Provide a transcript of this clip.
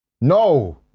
No